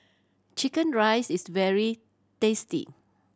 chicken rice is very tasty